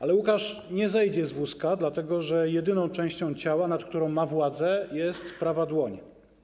Ale Łukasz nie zejdzie z wózka, dlatego że jedyną częścią ciała, nad którą ma władzę, jest prawa dłoń.